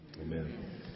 Amen